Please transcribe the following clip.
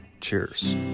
Cheers